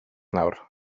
nawr